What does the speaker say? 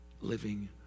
living